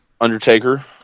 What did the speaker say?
Undertaker